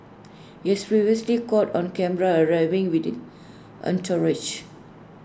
he has previously caught on camera arriving with the entourage